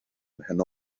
mhen